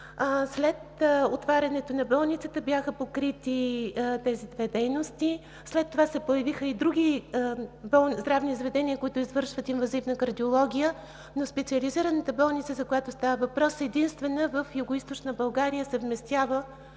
След отварянето на болницата бяха покрити тези две дейности. След това се появиха и други здравни заведения, които извършват инвазивна кардиология, но Специализираната болница, за която става въпрос, единствена в Югоизточна България съвместява